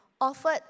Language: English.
offered